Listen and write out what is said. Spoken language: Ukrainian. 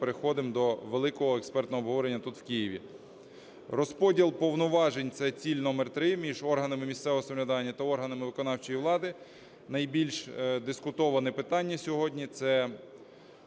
переходимо до великого експертного обговорення тут, в Києві. Розподіл повноважень, це ціль номер 3, між органами місцевого самоврядування та органами виконавчої влади. Найбільш дискутоване питання сьогодні – це